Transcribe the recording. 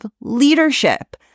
leadership